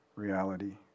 Reality